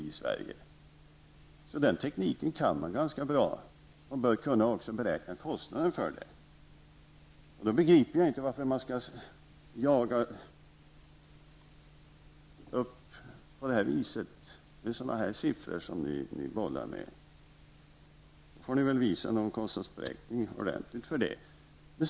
Den tekniken kan man alltså ganska bra, och man bör då också kunna beräkna kostnaderna för det. Då begriper jag inte varför man skall jaga upp folk med sådana siffror som ni bollar med. I så fall får ni väl visa någon ordentlig kostnadsberäkning som stöd för dem.